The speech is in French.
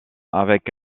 avec